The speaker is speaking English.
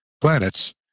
planets